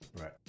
right